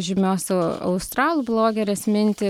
žymios australų blogerės mintį